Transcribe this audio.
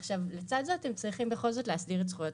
לצד זה אתם צריכים בכל זאת להסדיר את זכויות